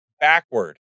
backward